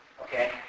Okay